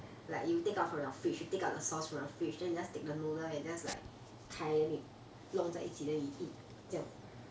like you take out from your fridge you take out the sauce from the fridge then you just take the noodle then you just like 开弄在一起 then you eat 这样